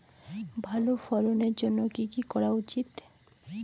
ভালো ফলনের জন্য কি কি করা উচিৎ?